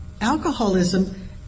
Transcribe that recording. alcoholism